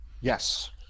Yes